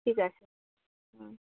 ঠিক আছে হুম